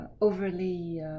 overly